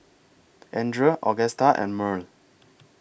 Andrea Agusta and Murl